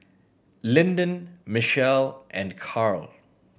Linden Michele and Carl